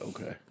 okay